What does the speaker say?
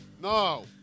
No